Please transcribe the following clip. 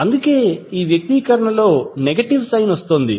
అందుకే ఈ వ్యక్తీకరణలో నెగటివ్ సైన్ వస్తోంది